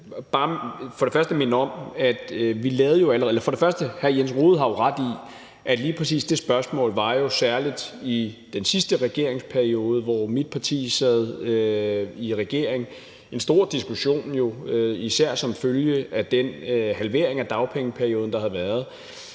i øvrigt. Hr. Jens Rohde har jo ret i, at lige præcis det spørgsmål var særlig i den sidste regeringsperiode, hvor mit parti sad i regering, en stor diskussion, især som følge af den halvering af dagpengeperioden, der havde været.